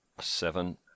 Seven